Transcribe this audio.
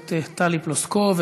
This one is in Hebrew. הכנסת טלי פלוסקוב,